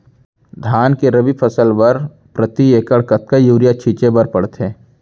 धान के रबि फसल बर प्रति एकड़ कतका यूरिया छिंचे बर पड़थे?